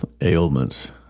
ailments